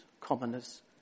commoners